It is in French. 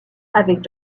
avec